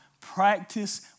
practice